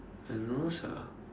I don't know sia